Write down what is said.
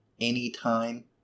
anytime